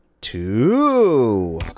two